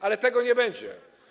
Ale tego nie będzie.